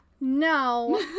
No